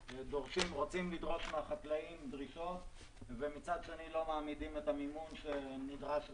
רוצים לדרוש מהחקלאים דרישות ומצד שני לא מעמידים את המימון שנדרש לזה.